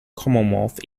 commonwealth